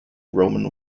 roman